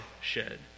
shed